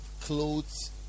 clothes